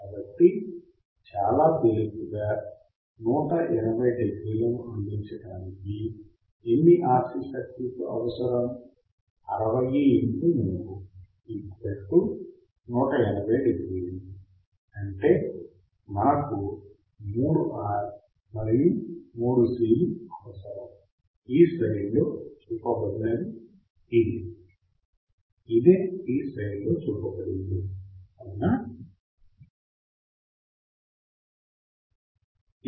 కాబట్టి చాలా తేలికగా 180 డిగ్రీలను అందించడానికి ఎన్ని RC సర్క్యూట్లు అవసరం 60 ఇంటూ 3 180 డిగ్రీలు అంటే మనకు 3 R మరియు 3 C అవసరం ఈ స్లయిడ్లో చూపబడినది ఇదే ఈ స్లైడ్లో చూపబడింది అవునా